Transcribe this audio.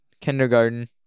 kindergarten